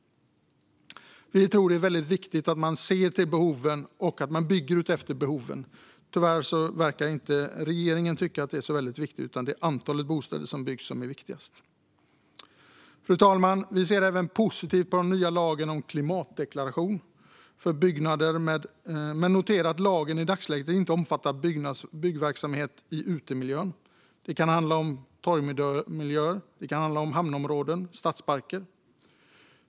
Vi tror att det är väldigt viktigt att man ser till behoven och att man bygger utifrån behoven. Tyvärr verkar inte regeringen tycka att det är väldigt viktigt - det är antalet bostäder som byggs som är viktigast. Fru talman! Vi ser positivt på den nya lagen om klimatdeklaration för byggnader men noterar att lagen i dagsläget inte omfattar byggverksamhet i utemiljön. Det kan handla om torgmiljöer. Det kan handla om hamnområden och stadsparker.